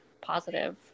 positive